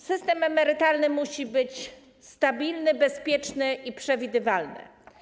System emerytalny musi być stabilny, bezpieczny i przewidywalny.